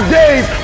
days